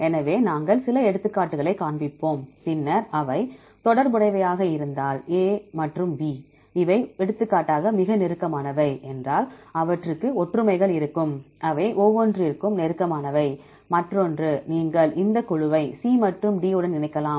எனவே நாங்கள் சில எடுத்துக்காட்டுகளைக் காண்பிப்போம் பின்னர் அவை தொடர்புடையவையாக இருந்தால் A மற்றும் B இவை எடுத்துக்காட்டாக மிக நெருக்கமானவை என்றால் அவற்றுக்கு ஒற்றுமைகள் இருக்கும் அவை ஒவ்வொன்றிற்கும் நெருக்கமானவை மற்றொன்று நீங்கள் இந்த குழுவை C மற்றும் D உடன் இணைக்கலாம்